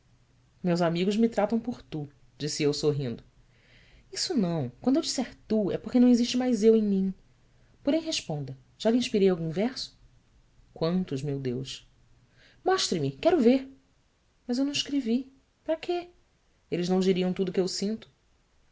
meus amigos me tratam por tu disse eu sorrindo sso não quando eu disser tu é porque não existe mais eu em mim porém responda já lhe inspirei algum verso uantos meu eus ostre me uero ver as eu não escrevi para quê eles não diriam tudo que eu sinto